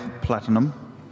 platinum